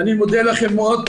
אני מודה לכם מאוד.